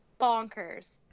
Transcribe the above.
bonkers